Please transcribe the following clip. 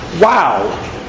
Wow